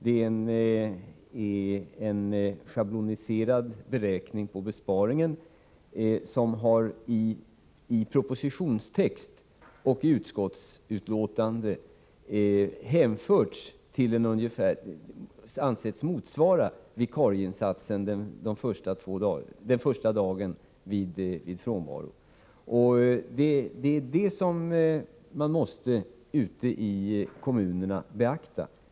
Det är en schabloniserad beräkning av besparingen, som i propositionstext och i utskottsbetänkande har hänförts till och ungefärligen ansetts motsvara vikarieinsatsen den första dagen vid frånvaro. Detta är vad man måste beakta ute i kommunerna.